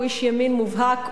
הוא איש ימין מובהק,